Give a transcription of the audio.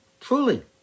truly